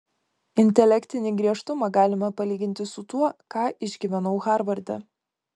intelektinį griežtumą galime palyginti su tuo ką išgyvenau harvarde